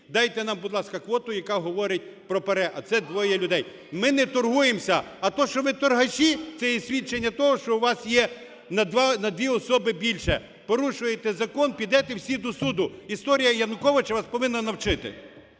дайте нам, будь ласка, квоту, яка говорить про ПАРЄ, а це двоє людей. Ми не торгуємося. А то, що ви – торгаші – це є свідчення того, що у вас є на дві особи більше. Порушуєте закон – підете всі до суду. Історія Януковича вас повинна навчити.